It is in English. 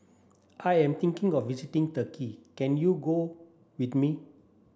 I am thinking of visiting Turkey can you go with me